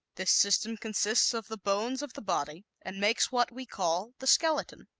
this system consists of the bones of the body and makes what we call the skeleton.